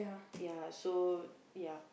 ya so ya